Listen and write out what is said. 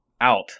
out